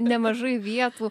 nemažai vietų